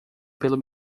pelo